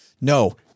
no